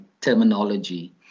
terminology